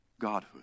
godhood